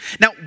Now